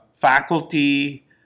faculty